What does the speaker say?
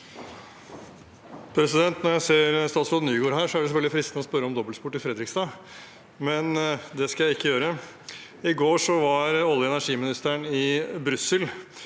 Når jeg ser statsråd Nygård her, er det selvfølgelig fristende å spørre om dobbeltspor til Fredrikstad, men det skal jeg ikke gjøre. I går var olje- og energiministeren i Brussel,